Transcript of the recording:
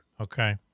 Okay